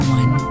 one